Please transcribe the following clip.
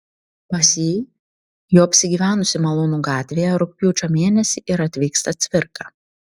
pas jį jau apsigyvenusį malūnų gatvėje rugpjūčio mėnesį ir atvyksta cvirka